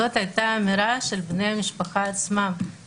זאת הייתה האמירה של בני המשפחה עצמם,